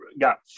got